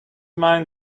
mind